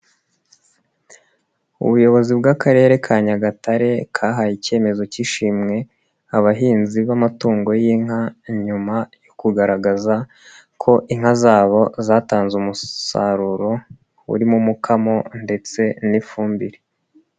Ubuyobozi bw'akarere ka Nyagatare kahaye icyemezo cy'ishimwe abahinzi b'amatungo y'inka, nyuma yo kugaragaza ko inka zabo zatanze umusaruro urimo umukamo ndetse n'ifumbire.